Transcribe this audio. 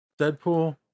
Deadpool